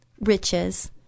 riches